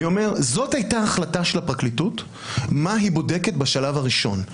אני אומר שזאת הייתה ההחלטה של הפרקליטות מה היא בודקת בשלב הראשון.